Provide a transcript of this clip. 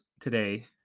today